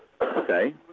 Okay